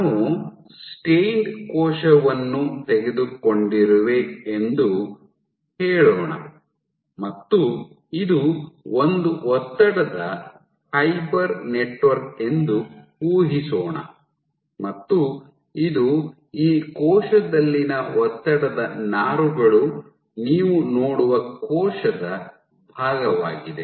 ನಾವು ಸ್ಟೈನ್ಡ್ ಕೋಶವನ್ನು ತೆಗೆದುಕೊಂಡಿರುವೆ ಎಂದು ಹೇಳೋಣ ಮತ್ತು ಇದು ಒಂದು ಒತ್ತಡದ ಫೈಬರ್ ನೆಟ್ವರ್ಕ್ ಎಂದು ಊಹಿಸೋಣ ಮತ್ತು ಇದು ಈ ಕೋಶದಲ್ಲಿನ ಒತ್ತಡದ ನಾರುಗಳು ನೀವು ನೋಡುವ ಕೋಶದ ಭಾಗವಾಗಿದೆ